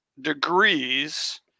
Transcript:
degrees